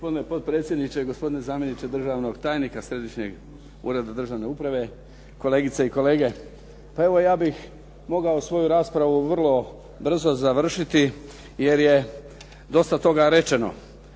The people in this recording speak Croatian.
potpredsjedniče, gospodine zamjeniče državnog tajnika Središnjeg ureda državne uprave, kolegice i kolege. Pa evo, ja bih mogao svoju raspravu vrlo brzo završiti jer je dosta toga rečeno.